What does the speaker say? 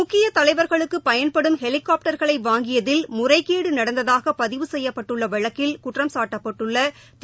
முக்கிய தலைவர்களுக்கு பயன்படும் ஹெலிகாப்டர்களை வாங்கியதில் முறைகேடு நடந்தாதக பதிவு செய்யப்பட்டுள்ள வழக்கில் குற்றம் சாட்டப்பட்டுள்ள திரு